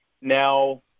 Now